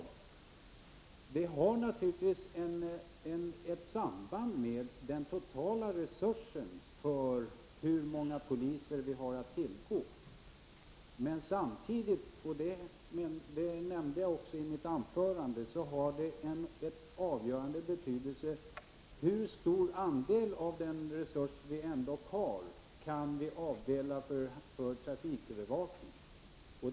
Den kapaciteten har naturligtvis ett samband med den totala resursen, hur många poliser vi har att tillgå. Men samtidigt, och det nämnde jag också i mitt huvudanförande, har det avgörande betydelse hur stor andel av den resurs vi ändå har som vi kan avdela för trafikövervakning.